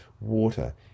water